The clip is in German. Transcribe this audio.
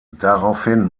daraufhin